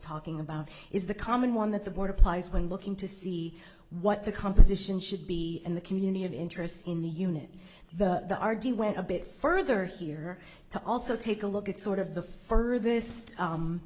talking about is the common one that the board applies when looking to see what the composition should be in the community of interest in the unit the r d went a bit further here to also take a look at sort of the furth